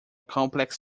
complex